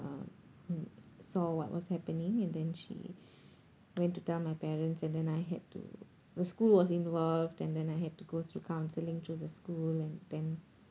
um mm saw what was happening and then she went to tell my parents and then I had to the school was involved and then I have to go through counselling through the school and then